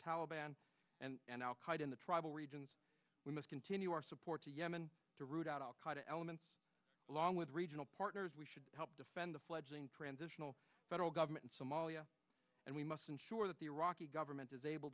taliban and al qaida in the tribal regions we must continue our support to yemen to root out al qaida elements along with regional partners we should help defend the fledgling transitional federal government in somalia and we must ensure that the iraqi government is able